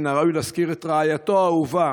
מן הראוי להזכיר את רעייתו האהובה